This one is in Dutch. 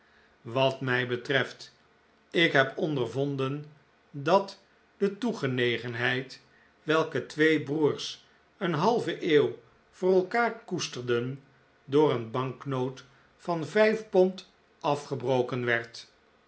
wat mij betreft ik heb ondervonden dat de toegenegenheid welke twee broers een halve eeuw voor elkaar koesterden door een banknoot van vijf pond afgebroken werd